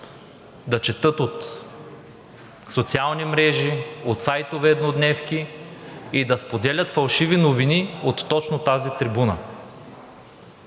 да четат от социални мрежи, от сайтове еднодневки и да споделят фалшиви новини точно от тази трибуна.